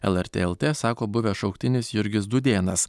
lrt lt sako buvęs šauktinis jurgis dūdėnas